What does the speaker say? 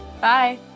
Bye